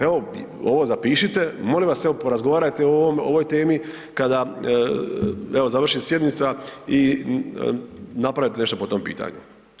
Evo ovo zapišite, molim vas evo porazgovarajte o ovom, o ovoj temi kada evo završi sjednica i napravite nešto po tom pitanju.